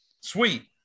Sweet